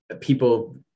people